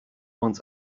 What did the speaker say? want